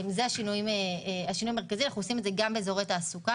אנחנו עושים את זה גם באזורי תעסוקה,